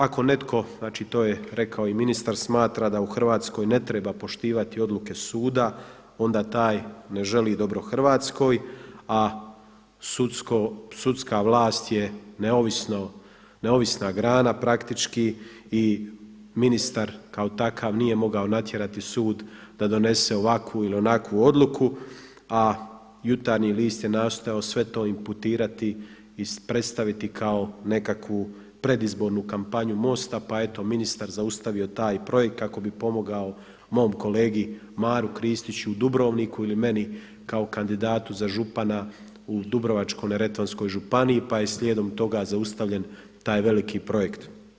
Ako netko, znači to je rekao i ministar, da u Hrvatskoj ne treba poštivati odluke suda onda taj ne želi dobro Hrvatskoj, a sudska vlast je neovisna grana praktički i ministar kao takav nije mogao natjerati sud da donese ovakvu ili onakvu odluku, a Jutarnji list je nastojao sve to imputirati i predstaviti kao nekakvu predizbornu kampanju Mosta, pa eto ministar zaustavio taj projekt kako bi pomogao mom kolegi Maru Kristiću u Dubrovniku ili meni kao kandidatu za župana u Dubrovačko-neretvanskoj županiji, pa je slijedom toga zaustavljen taj veliki projekt.